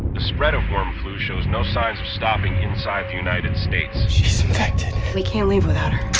the spread of worm flu shows no signs of stopping inside the united states. she's infected. we can't leave without her.